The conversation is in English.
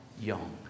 young